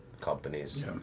companies